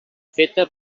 feta